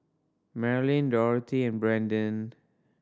Marlyn Dorthy and Brandon